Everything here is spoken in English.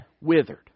withered